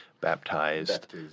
Baptized